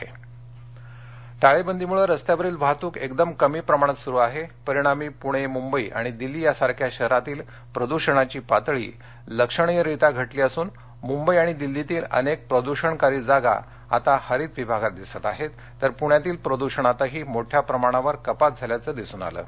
प्रदृषण पातळी टाळेबंदीमुळं रस्त्यावरील वाहतूक एकदम कमी प्रमाणात सुरु आहे परिणामी पूणे मुंबई आणि दिल्ली सारख्या शहरातील प्रद्षणाची पातळी लक्षणीयरीत्या घटली असून मुंबई आणि दिल्लीतील अनेक प्रद्षणकारी जागा आता हरित विभागात दिसत आहेत तर पुण्यातील प्रदूषणातही मोठ्या प्रमाणावर कपात झाल्याचं दिसून आलं आहे